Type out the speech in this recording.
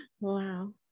Wow